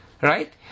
right